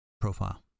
profile